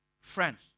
Friends